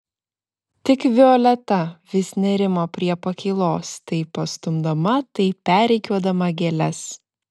tik violeta vis nerimo prie pakylos tai pastumdama tai perrikiuodama gėles